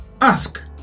ask